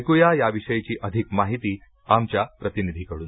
ऐकूया याविषयीची अधिक माहिती आमच्या प्रतिनिधी कडून